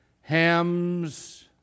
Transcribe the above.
Ham's